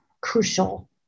crucial